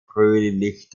fröhlich